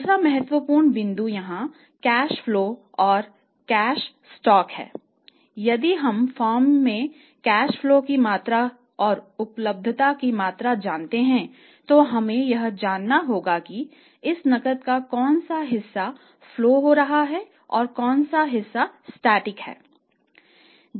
दूसरा महत्वपूर्ण बिंदु यहाँ कैश फ्लो की मात्रा और उपलब्धता की मात्रा जानते हैं तो हमें यह जानना होगा कि उस नकद का कौन सा हिस्सा फ्लो हो रहा है और कौन सा हिस्सा स्टाटिक है